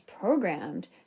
programmed